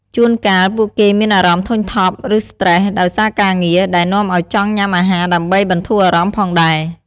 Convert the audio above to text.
ជួនកាលពួកគេមានអារម្មណ៍ធុញថប់ ឬស្ត្រេសដោយសារការងារ ដែលនាំឱ្យចង់ញ៉ាំអាហារដើម្បីបន្ធូរអារម្មណ៍ផងដែរ។